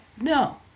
No